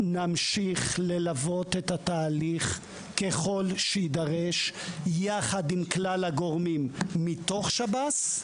נמשיך ללוות את התהליך ככל שיידרש יחד עם כלל הגורמים מתוך שב"ס,